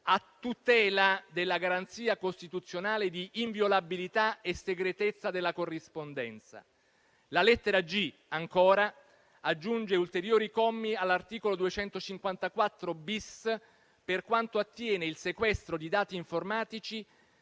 a tutela della garanzia costituzionale di inviolabilità e segretezza della corrispondenza. La lettera *g*), ancora, aggiunge ulteriori commi all'articolo 254-*bis* per quanto attiene il sequestro di dati informatici